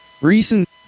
Recent